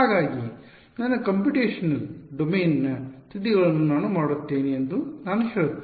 ಹಾಗಾಗಿ ನನ್ನ ಕಂಪ್ಯೂಟೇಶನಲ್ ಡೊಮೇನ್ನ ತುದಿಗಳನ್ನು ನಾನು ಮಾಡುತ್ತೇನೆ ಎಂದು ನಾನು ಹೇಳುತ್ತೇನೆ